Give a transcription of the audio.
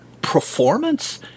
performance